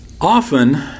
Often